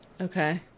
Okay